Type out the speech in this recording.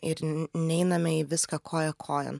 ir neiname į viską koja kojon